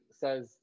says